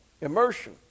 immersion